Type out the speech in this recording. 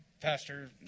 Pastor